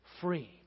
free